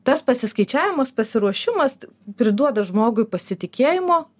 tas pasiskaičiavimas pasiruošimas priduoda žmogui pasitikėjimo